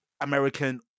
American